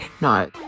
No